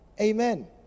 Amen